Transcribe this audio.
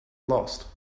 lost